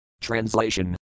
Translation